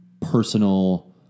personal